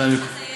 התנאי,